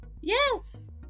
Yes